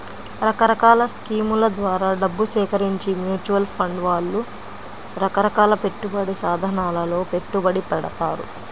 రకరకాల స్కీముల ద్వారా డబ్బు సేకరించి మ్యూచువల్ ఫండ్ వాళ్ళు రకరకాల పెట్టుబడి సాధనాలలో పెట్టుబడి పెడతారు